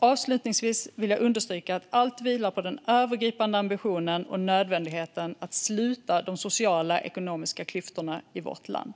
Avslutningsvis vill jag understryka att allt vilar på den övergripande ambitionen och nödvändigheten av att sluta de sociala och ekonomiska klyftorna i vårt land.